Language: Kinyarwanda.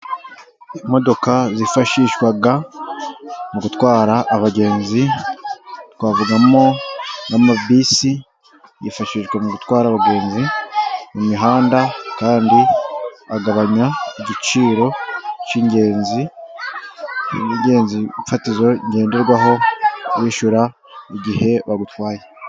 Imodoka zifashishwa mu gutwara abagenzi; twavugamo nk'amabisi yifashishwa mu gutwara abagenzi mu mihanda, kandi agabanya igiciro k'ingenzi. Iby'ingenzi fatizo ngenderwaho wishyura igihe bagutwaye.